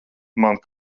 man